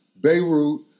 Beirut